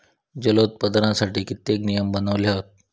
जलोत्पादनासाठी कित्येक नियम बनवले हत